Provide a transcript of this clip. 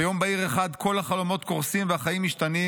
ביום בהיר אחד כל החלומות קורסים והחיים משתנים.